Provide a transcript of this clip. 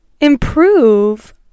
improve